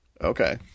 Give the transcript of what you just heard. Okay